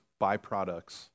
byproducts